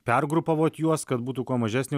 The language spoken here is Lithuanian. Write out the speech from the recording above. pergrupavot juos kad būtų kuo mažesnė